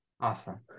awesome